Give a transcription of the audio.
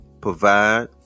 provide